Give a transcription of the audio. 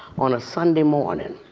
on a sunday morning.